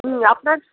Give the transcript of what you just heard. হুম আপনার